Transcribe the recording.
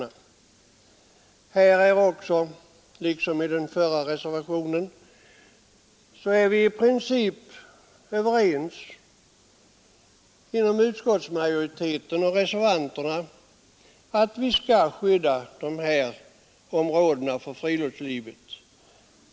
Liksom när det gällde den förra reservationen är vi också här i princip överens i utskottet: vi skall bevara de här områdena för friluftslivet.